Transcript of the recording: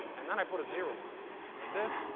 and then i put a zero on it like this,